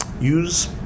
use